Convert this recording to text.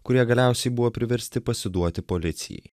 kurie galiausiai buvo priversti pasiduoti policijai